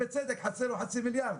בצדק: חסר לו חצי מיליארד.